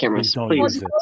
Please